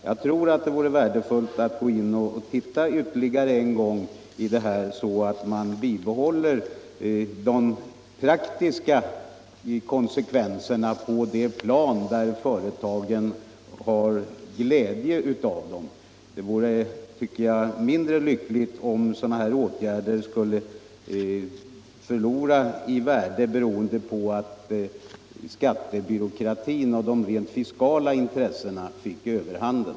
Jag tror att det vore värdefullt att titta på detta ännu en gång, så att man bibehåller de praktiska konsekvenserna på det plan där företagen har glädje av dem. Det vore mindre lyckligt om sådana här åtgärder skulle förlora i värde beroende på att skattebyråkratin och de rent fiskala intressena fick överhanden.